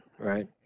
Right